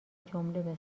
جمله